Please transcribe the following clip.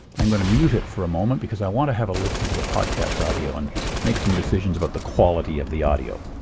i'm going to mute it for a moment because i want to have a listen to the podcast audio and make some decisions about the quality of the audio.